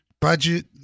budget